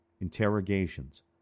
Interrogations